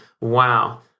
wow